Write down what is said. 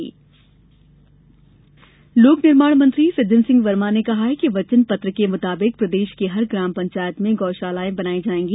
गौ शाला लोक निर्माण मंत्री सज्जन सिंह वर्मा ने कहा है कि वचन पत्र के मुताबिक प्रदेश की हर ग्राम पंचायत में गौ शाला बनाई जाएगी